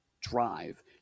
drive